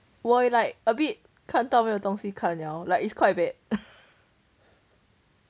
我 you like a bit 看到没有东西看 liao like it's quite bad